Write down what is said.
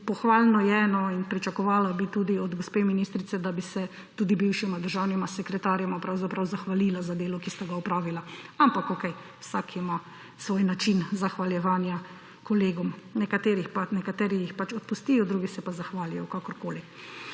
pohvalno je in pričakovala bi tudi od gospe ministrice, da bi se tudi bivšima državnima sekretarjema pravzaprav zahvalila za delo, ki sta ga opravila. Ampak, okej, vsak ima svoj način zahvaljevanja kolegom. Nekateri jih pač odpustijo, drugi se pa zahvalijo – kakorkoli.